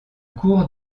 cours